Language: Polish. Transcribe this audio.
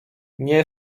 nie